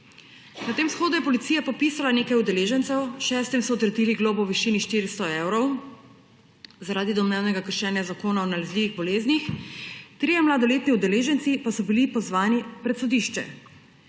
Na tem shodu je policija popisala nekaj udeležencev, šestim so odredili globo v višini 400 evrov zaradi domnevnega kršenja Zakona o nalezljivih boleznih, trije mladoletni udeleženci pa so bili pozvani pred sodišče.